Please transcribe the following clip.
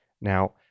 Now